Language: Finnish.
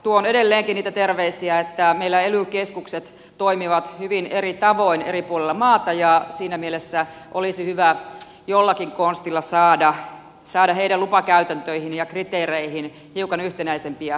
tuon edelleenkin niitä terveisiä että meillä ely keskukset toimivat hyvin eri tavoin eri puolilla maata ja siinä mielessä olisi hyvä jollakin konstilla saada heidän lupakäytäntöihinsä ja kriteereihinsä hiukan yhtenäisempiä linjauksia